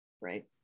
right